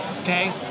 okay